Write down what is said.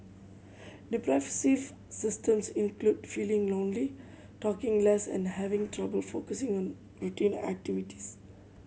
depressive symptoms include feeling lonely talking less and having trouble focusing on routine activities